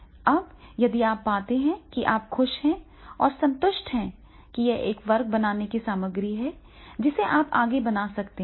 अब यदि आप पाते हैं कि आप खुश हैं और संतुष्ट हैं कि ये एक वर्ग बनाने की सामग्री है जिसे आप आगे बना सकते हैं